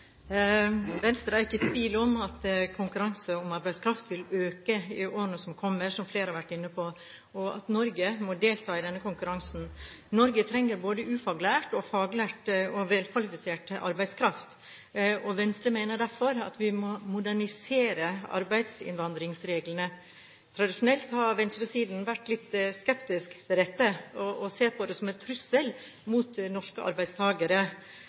ikke i tvil om at konkurransen om arbeidskraft vil øke i årene som kommer, som flere har vært inne på, og at Norge må delta i denne konkurransen. Norge trenger både ufaglært og velkvalifisert arbeidskraft. Venstre mener derfor at vi må modernisere arbeidsinnvandringsreglene. Tradisjonelt har venstresiden vært litt skeptisk til dette og ser på det som en trussel mot norske